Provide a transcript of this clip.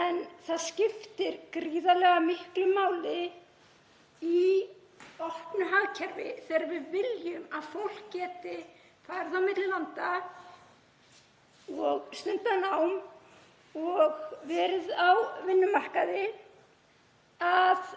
En það skiptir gríðarlega miklu máli í opnu hagkerfi þegar við viljum að fólk geti farið á milli landa og stundað nám og verið á vinnumarkaði ef